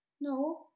No